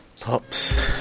Pops